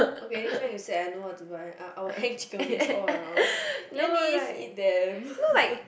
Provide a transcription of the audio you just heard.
okay next time you said I know what to buy I I will hang chicken wings all around Glennys eat them